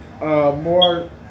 more